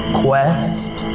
quest